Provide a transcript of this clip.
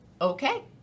okay